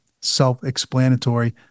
self-explanatory